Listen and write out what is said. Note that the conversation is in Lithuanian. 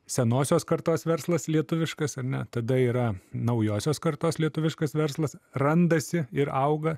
senosios kartos verslas lietuviškas ar ne tada yra naujosios kartos lietuviškas verslas randasi ir auga